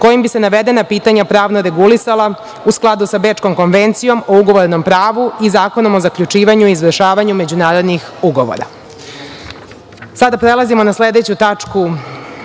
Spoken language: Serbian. kojim bi se navedena pitanja pravno regulisala u skladu sa Bečkom konvencijom o ugovorenom pravu i Zakonom o zaključivanju i izvršavanju međunarodnih ugovora. Sada prelazimo na sledeću tačku.